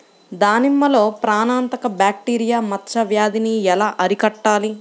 దానిమ్మలో ప్రాణాంతక బ్యాక్టీరియా మచ్చ వ్యాధినీ ఎలా అరికట్టాలి?